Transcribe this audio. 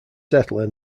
settler